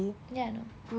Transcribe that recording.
ya I know